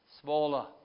smaller